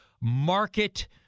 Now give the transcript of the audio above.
market